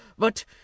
but